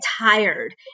tired